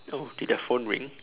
oh did the phone ring